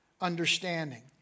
understanding